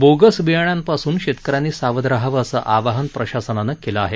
bogus बियाण्यांपासून शेतकऱ्यांनी सावध राहावं असं आवाहन प्रशासनानं केलं आहे